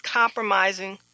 compromising